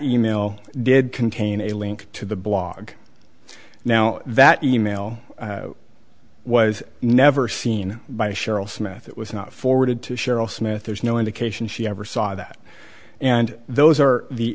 e mail did contain a link to the blog now that e mail was never seen by cheryl smith it was not forwarded to cheryl smith there's no indication she ever saw that and those are the